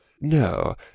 No